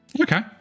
Okay